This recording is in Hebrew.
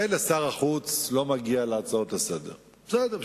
מילא שר החוץ לא מגיע להצעות לסדר-היום, בסדר.